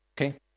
Okay